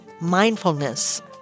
mindfulness